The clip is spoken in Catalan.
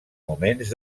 moments